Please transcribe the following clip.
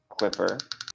Quipper